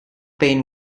pain